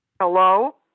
Hello